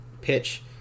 pitch